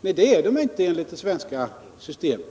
Men det är de inte enligt det svenska systemet.